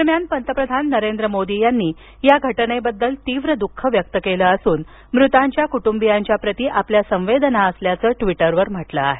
दरम्यान पंतप्रधान नरेंद्र मोदी यांनी या घटनेबद्दल तीव्र दःख व्यक्त केलं असून मृतांच्या कुटुंबियांच्या प्रती आपल्या संवेदना असल्याचं ट्वीटरवर म्हटलं आहे